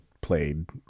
played